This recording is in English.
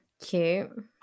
Cute